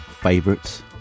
favorites